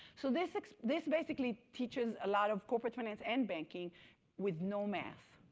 so this this basically teaches a lot of corporate finance and banking with no math.